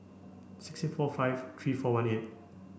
six four five three four one eight